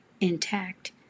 intact